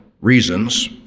reasons